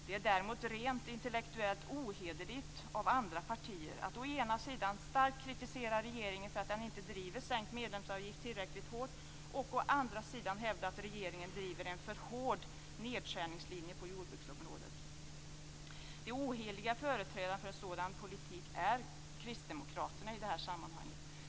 Det är däremot rent intellektuellt ohederligt av andra partier att å ena sidan starkt kritisera regeringen för att den inte driver frågan om sänkt medlemsavgift tillräckligt hårt och å andra sidan hävda att regeringen driver en för hård nedskärningslinje på jordbruksområdet. De oheliga företrädarna för en sådan politik är i det här sammanhanget kristdemokraterna.